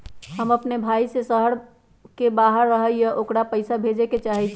हमर अपन भाई जे शहर के बाहर रहई अ ओकरा पइसा भेजे के चाहई छी